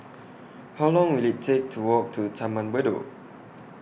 How Long Will IT Take to Walk to Taman Bedok